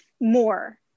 more